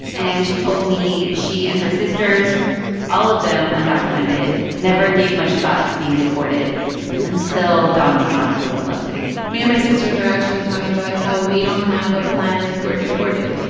and she told me she and her sisters all of them undocumented never gave much thought to being deported until donald trump was elected me and my sisters are actually talking about it, how we don't have a plan if we're deported.